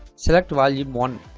select volume one